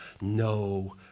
no